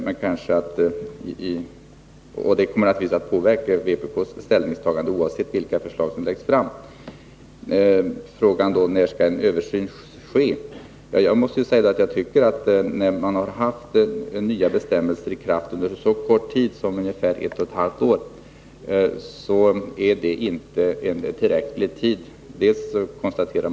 Vpk:s uppfattning kommer naturligtvis att påverka dess ställningstagande, oavsett vilka förslag som läggs fram. Frågan är när en översyn skall ske. Vi har haft de nya bestämmelserna i kraft under kort tid, ungefär ett och ett halvt år, och jag tycker inte det är en tillräckligt lång tid.